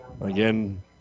Again